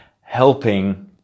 helping